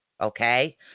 okay